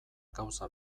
gauza